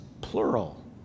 plural